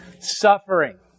suffering